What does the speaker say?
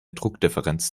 druckdifferenz